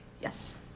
Yes